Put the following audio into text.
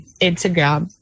instagram